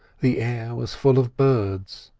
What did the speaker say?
the air was full of birds,